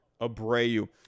Abreu